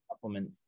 supplement